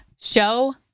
show